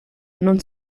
non